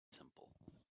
simple